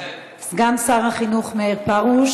משרד החינוך רואה